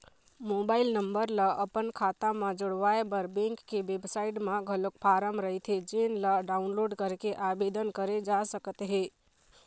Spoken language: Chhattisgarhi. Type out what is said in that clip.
मोबाईल नंबर ल अपन खाता म जोड़वाए बर बेंक के बेबसाइट म घलोक फारम रहिथे जेन ल डाउनलोड करके आबेदन करे जा सकत हे